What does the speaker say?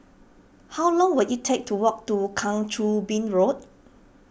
how long will it take to walk to Kang Choo Bin Road